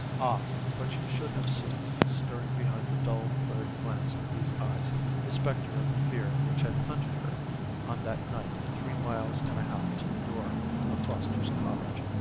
ah! but you should have seen stirring behind the dull, blurred glance of these eyes the spectre of the fear which had hunted her on that night three miles and a half to the door of foster's cottage!